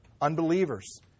Unbelievers